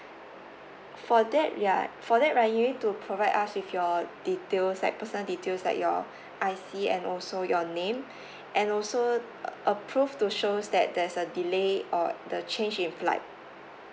for that we are for that right you need to provide us with your details like personal details like your I_C and also your name and also approve to shows that there's a delay or the change implied